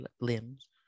limbs